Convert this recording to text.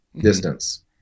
distance